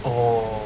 oh